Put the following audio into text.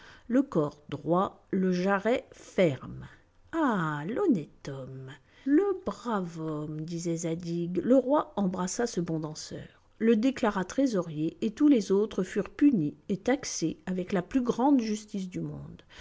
le corps droit le jarret ferme ah l'honnête homme le brave homme disait zadig le roi embrassa ce bon danseur le déclara trésorier et tous les autres furent punis et taxés avec la plus grande justice du monde